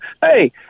hey